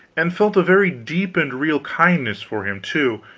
and felt a very deep and real kindness for him, too,